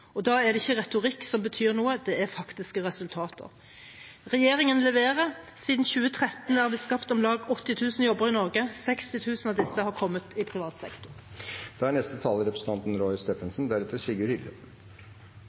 Da er det ikke retorikk som betyr noe, det er faktiske resultater. Regjeringen leverer. Siden 2013 har vi skapt om lag 80 000 jobber i Norge, 60 000 av disse i privat sektor.